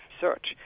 search